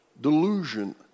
delusion